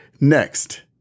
Next